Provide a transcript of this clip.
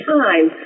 time